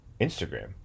Instagram